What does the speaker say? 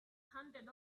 handed